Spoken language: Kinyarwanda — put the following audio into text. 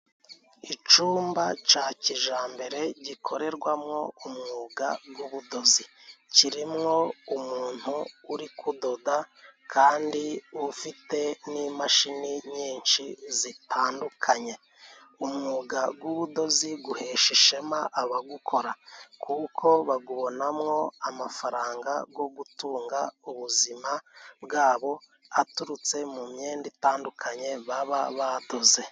Icumba ca kijambere gikorerwamo umwuga gw'ubudozi. Kirimwo umuntu uri kudoda kandi ufite n'imashini nyinshi zitandukanye. Umwuga gw'ubudozi guhesha ishema abagukora kuko bagubonamwo amafaranga gwo gutunga ubuzima bwabo aturutse mu myenda itandukanye baba badoze.